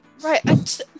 right